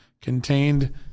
contained